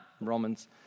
Romans